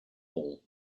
all